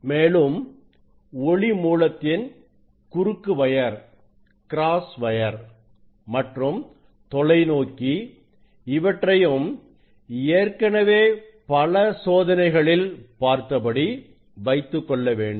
மேலும் ஒளி மூலத்தின் குறுக்கு வயர் மற்றும் தொலைநோக்கி இவற்றையும் ஏற்கனவே பல சோதனைகளில் பார்த்தபடி வைத்துக்கொள்ளவேண்டும்